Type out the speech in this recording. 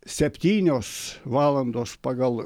septynios valandos pagal